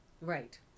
right